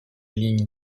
lignes